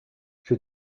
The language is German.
für